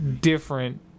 different